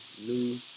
new